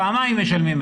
משלמים פעמיים.